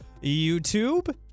YouTube